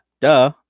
duh